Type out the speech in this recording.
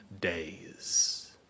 days